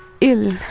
ill